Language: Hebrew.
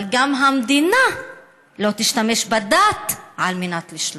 אבל המדינה גם לא תשתמש בדת על מנת לשלוט.